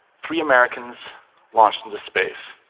three americans launched into space.